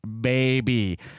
baby